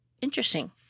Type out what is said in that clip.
interesting